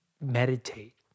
meditate